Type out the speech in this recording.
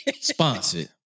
Sponsored